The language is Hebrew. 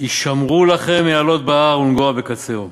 "הישמרו לכם מעלות בהר ונגוע בקצהו.